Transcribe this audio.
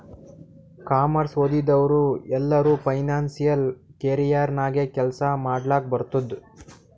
commerce ಓದಿದವ್ರು ಎಲ್ಲರೂ financial career ನಾಗೆ ಕೆಲ್ಸಾ ಮಾಡ್ಲಕ್ ಬರ್ತುದ್